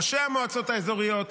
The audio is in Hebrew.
ראשי המועצות האזוריות,